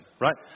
right